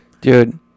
dude